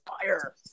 fire